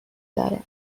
داره